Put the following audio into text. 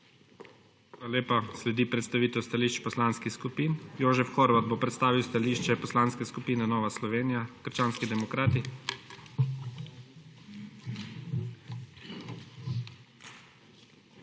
Hvala lepa. Sledi predstavitev stališč poslanskih skupin. Jožef Horvat bo predstavil stališče Poslanske skupine Nova Slovenija – krščanski demokrati. JOŽEF